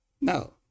No